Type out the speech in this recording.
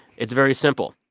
it's very simple.